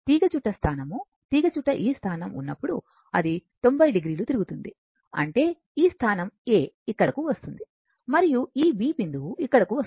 తీగచుట్ట స్థానం తీగచుట్ట ఈ స్థానం ఉన్నప్పుడు అది 90 డిగ్రీలు తిరుగుతుంది అంటే ఈ స్థానం A ఇక్కడకు వస్తుంది మరియు ఈ B బిందువు ఇక్కడకు వస్తుంది